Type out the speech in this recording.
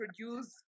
produce